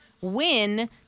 win